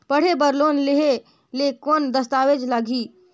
पढ़े बर लोन लहे ले कौन दस्तावेज लगही?